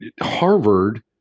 Harvard